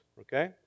okay